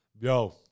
Yo